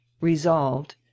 resolved